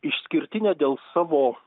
išskirtinė dėl savo